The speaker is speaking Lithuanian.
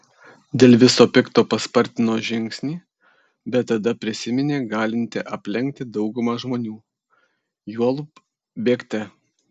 dėl viso pikto paspartino žingsnį bet tada prisiminė galinti aplenkti daugumą žmonių juolab bėgte